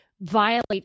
violate